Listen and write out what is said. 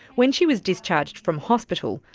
when she was discharged from hospital,